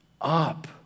up